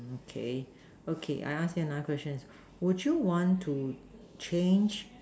okay okay I ask you another question would you want to change